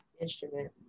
Instrument